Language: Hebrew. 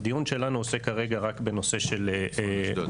הדיון שלנו עוסק כרגע רק בנושא של אשדוד.